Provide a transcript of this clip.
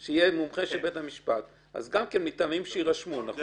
זה גם מטעמים שיירשמו, נכון?